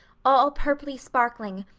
all purply-sparkling,